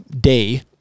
day